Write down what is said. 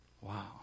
Wow